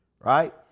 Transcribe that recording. Right